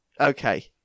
Okay